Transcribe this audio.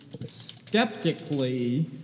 skeptically